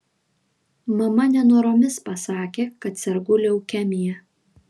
mama nenoromis pasakė kad sergu leukemija